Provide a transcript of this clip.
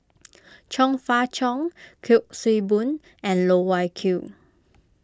Chong Fah Cheong Kuik Swee Boon and Loh Wai Kiew